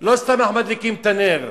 לא סתם אנחנו מדליקים את הנר.